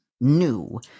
new